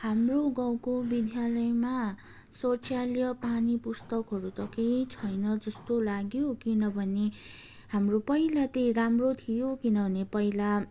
हाम्रो गाउँको विद्यालयमा शौचालय पानी पुस्तकहरू त केही छैन जस्तो लाग्यो किनभने हाम्रो पहिला त्यही राम्रो थियो किनभने पहिला